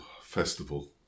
festival